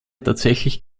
tatsächlich